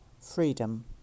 Freedom